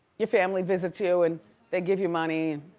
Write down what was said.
your family visits you, and they give you money,